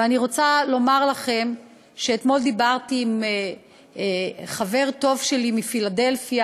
ואני רוצה לומר לכם שאתמול דיברתי עם חבר טוב שלי מפילדלפיה,